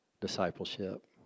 discipleship